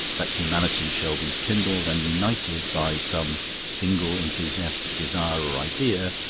that humanity shall be kindled and united by some single enthusiastic desire or idea,